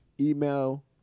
email